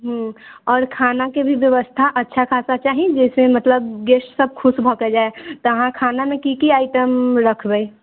हुँ आओर खानाके भी बेबस्था अच्छा खासा चाही जाहिसँ मतलब गेस्टसब खुश भऽ के जाइ तऽ अहाँ खानामे की की आइटम रखबै